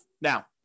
Now